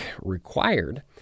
required